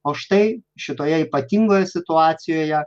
o štai šitoje ypatingoje situacijoje